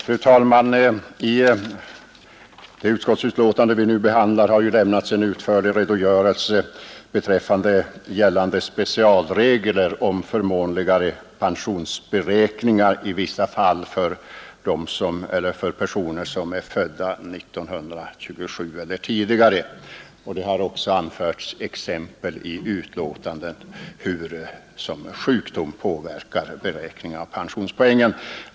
Fru talman! I det utskottsbetänkande vi nu behandlar har en utförlig redogörelse lämnats beträffande gällande specialregler om förmånligare pensionsberäkning i vissa fall för personer som är födda 1927 eller tidigare. I betänkandet har också anförts exempel på hur sjukdom påverkar beräkningen av pensionspoängen.